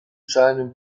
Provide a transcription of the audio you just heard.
seinem